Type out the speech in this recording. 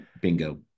bingo